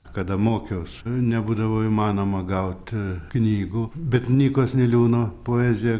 kada mokiaus nebūdavo įmanoma gaut knygų bet nykos niliūno poezija